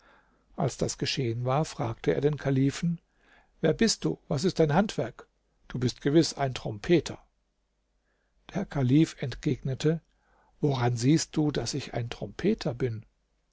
als das geschehen war fragte er den kalifen wer bist du was ist dein handwerk du bist gewiß ein trompeter der kalif entgegnete woran siehst du daß ich ein trompeter bin